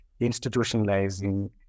institutionalizing